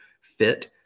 fit